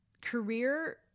career